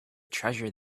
treasure